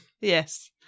Yes